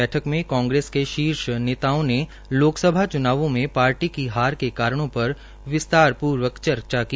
बैठक में कांग्रेस के शीर्श नेताओं ने लोक सभा चुनावों में पार्टी की हार के कारणों पर विस्तारपूर्वक चर्चा की